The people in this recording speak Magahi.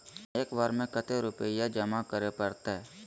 एक बार में कते रुपया जमा करे परते?